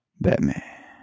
Batman